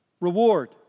Reward